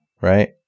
right